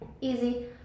easy